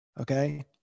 Okay